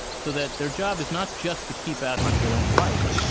so that their job is not just to keep out people they don't like,